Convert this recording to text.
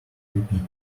repeat